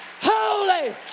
Holy